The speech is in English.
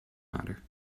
matter